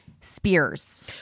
Spears